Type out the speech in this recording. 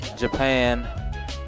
Japan